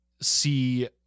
see